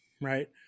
right